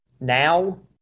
now